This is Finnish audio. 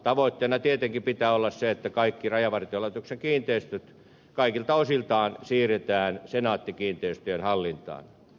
tavoitteena tietenkin pitää olla sen että kaikki rajavartiolaitoksen kiinteistöt kaikilta osiltaan siirretään senaatti kiinteistöjen hallintaan